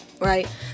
right